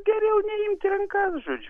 geriau neimti į rankas žodžiu